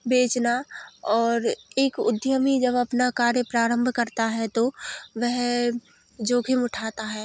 बेचना और एक उद्यमी जब अपना कार्य प्रारंभ करता है तो वह जोखम उठाता है